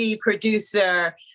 producer